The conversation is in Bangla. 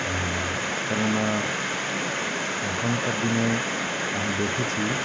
কেননা এখনকার দিনে আমি দেখেছি